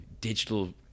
digital